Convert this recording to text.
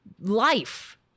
life